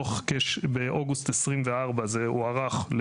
באוגוסט 2024 זה יוארך בעוד שנתיים,